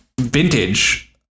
Vintage